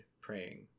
praying